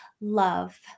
love